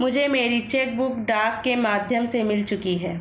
मुझे मेरी chequebook डाक के माध्यम से मिल चुकी है